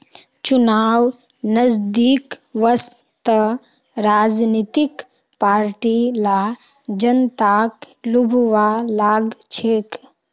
चुनाव नजदीक वस त राजनीतिक पार्टि ला जनताक लुभव्वा लाग छेक